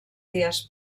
dies